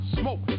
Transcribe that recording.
smoke